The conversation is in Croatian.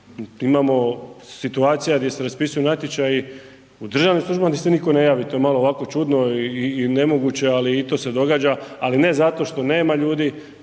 Imamo situacija gdje se raspisuju natječaji u državnim službama gdje se niko ne javi, to je ovako malo čudno i nemoguće, ali i to se događa. Ali ne zato što nema ljudi